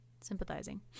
sympathizing